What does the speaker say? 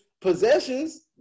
possessions